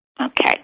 Okay